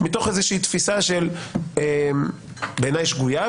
מתוך תפיסה שהיא בעיני שגויה,